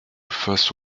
face